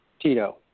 Tito